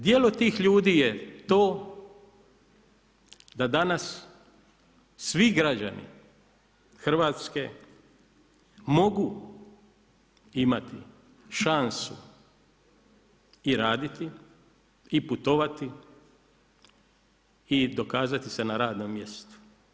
Djelo tih ljudi je to da danas svi građani Hrvatske mogu imati šansu i raditi, i putovati i dokazati se na radnom mjestu.